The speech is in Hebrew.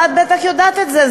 ואת בטח יודעת את זה,